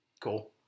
Cool